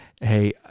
hey